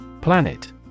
Planet